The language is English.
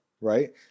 right